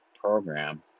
program